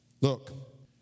Look